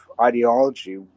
ideology